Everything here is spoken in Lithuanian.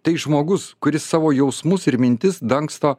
tai žmogus kuris savo jausmus ir mintis dangsto